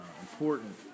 important